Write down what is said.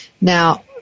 Now